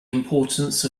importance